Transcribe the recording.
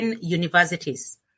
universities